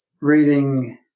reading